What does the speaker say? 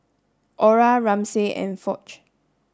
Orah Ramsey and Foch